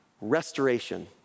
restoration